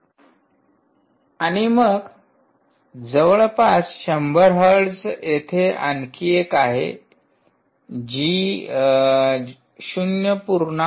आणि मग जवळपास शंभर हर्ट्ज येथे आणखी एक आहे जी 0